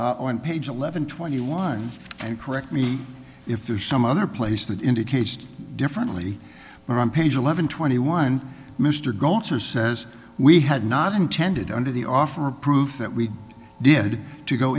on page eleven twenty lines and correct me if there's some other place that indicates differently but on page eleven twenty one mr goats or says we had not intended under the offer proof that we did to go